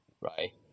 right